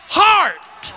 heart